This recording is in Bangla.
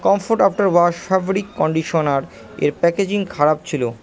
comfort after wash fabric conditioner এর প্যাকেজিং খারাপ ছিল